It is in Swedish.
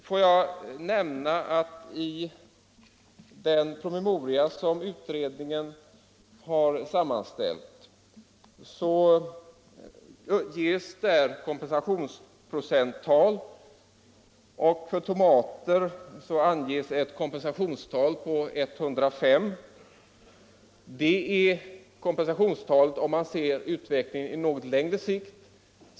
Får jag nämna att man i den PM som utredningen sammanställt anger kompensationstal. För tomater anges ett kompensationstal på 105 96. Det är kompensationstalet, om man ser utvecklingen på något längre sikt.